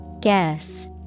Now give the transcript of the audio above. Guess